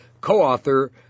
co-author